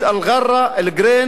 אלגרה, אל-גרין,